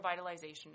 revitalization